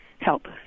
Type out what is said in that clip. help